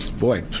boy